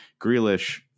Grealish